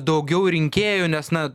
daugiau rinkėjų nes na